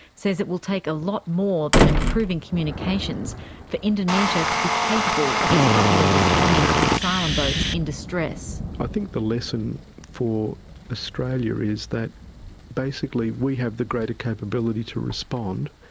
says it will take a lot more than improving communications for indonesia to be capable of properly responding to asylum boats in distress. i think the lesson for australia is that basically we have the greater capability to respond.